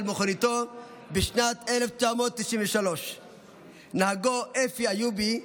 מכוניתו בשנת 1993. נהגו אפי איובי,